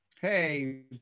Hey